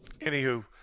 Anywho